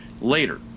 later